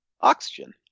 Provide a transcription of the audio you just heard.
Oxygen